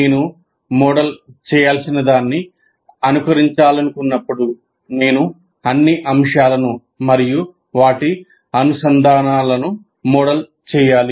నేను మోడల్ చేయాల్సినదాన్ని అనుకరించాలనుకున్నప్పుడు నేను అన్ని అంశాలను మరియు వాటి అనుసంధానాలను మోడల్ చేయాలి